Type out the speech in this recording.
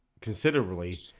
considerably